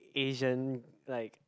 Asian like